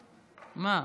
מה?